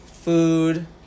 Food